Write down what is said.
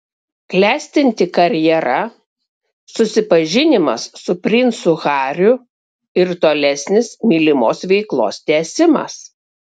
klestinti karjera susipažinimas su princu hariu ir tolesnis mylimos veiklos tęsimas